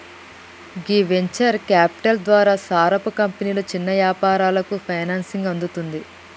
గీ venture capital ద్వారా సారపు కంపెనీలు చిన్న యాపారాలకు ఫైనాన్సింగ్ అందుతుంది